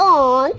on